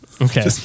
Okay